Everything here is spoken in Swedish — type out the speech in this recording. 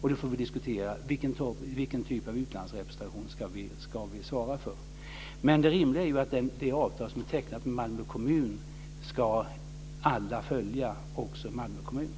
Vi får diskutera vilken typ av utlandsrepresentation vi ska ansvara för. Det rimliga när det gäller det avtal som är tecknat med Malmö kommun är att alla ska följa det, också